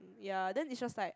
ya then is just like